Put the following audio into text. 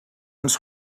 ens